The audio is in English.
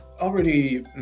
already